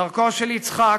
דרכו של יצחק,